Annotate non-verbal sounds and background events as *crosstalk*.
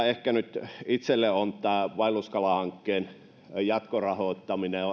*unintelligible* ehkä nyt itselle on tämä vaelluskalahankkeen jatkorahoittaminen *unintelligible*